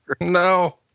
No